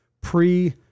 pre